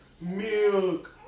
milk